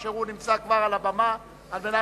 אשר נמצא כבר על הבמה כדי להציגו.